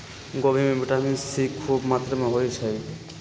खोबि में vitamin C खूब मत्रा होइ छइ